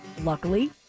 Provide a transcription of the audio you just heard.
Luckily